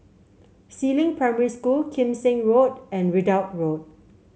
Si Ling Primary School Kim Seng Road and Ridout Road